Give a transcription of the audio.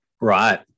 Right